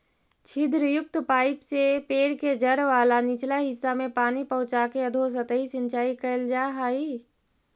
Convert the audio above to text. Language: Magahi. छिद्रयुक्त पाइप से पेड़ के जड़ वाला निचला हिस्सा में पानी पहुँचाके अधोसतही सिंचाई कैल जा हइ